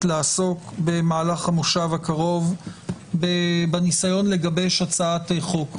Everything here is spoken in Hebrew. לעסוק במהלך המושב הקרוב בניסיון לגבש הצעת חוק.